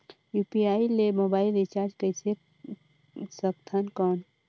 UPI ले mobile recharge करे सकथन कौन?